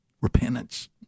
Repentance